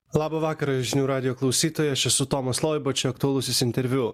labą vakarą žinių radijo klausytojai aš esu tomas loiba čia aktualusis interviu